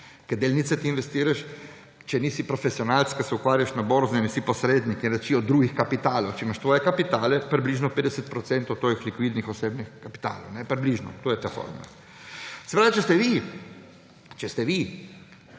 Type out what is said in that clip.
v delnice ti investiraš, če nisi profesionalec, ki se ukvarjaš na borzi in si posrednik in reči od drugih kapitalov. Če imaš svoj kapital, približno 50 % tvojega likvidnega osebnega kapitala, približno, to je ta formula. Torej če ste vi investirali